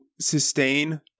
sustain